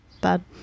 bad